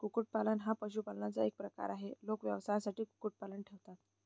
कुक्कुटपालन हा पशुपालनाचा एक प्रकार आहे, लोक व्यवसायासाठी कुक्कुटपालन ठेवतात